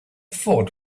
fort